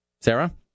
Sarah